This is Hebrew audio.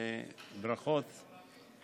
ברכות.